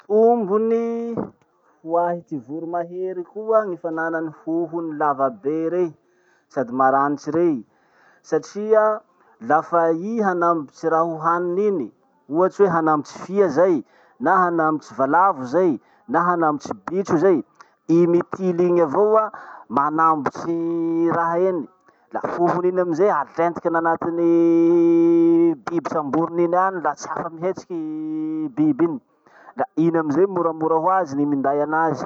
Tombony hoahy ty volo mahery koa gny fananany hohony lava be rey, sady maranitry rey, satria lafa i hanambotsy raha hohaniny iny, ohatsy hoe hanambotsy fia zay, na hanambotsy valavo zay, na hanambotsy bitro zay, i mitily igny avao an manambotry raha eny. La hohony iny amizay alentikiny anatin'ny biby samboriny iny any la tsy afaky mihetsiky biby iny. La iny amizay moramora hoazy ny minday anazy.